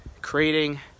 creating